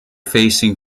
facing